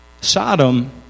Sodom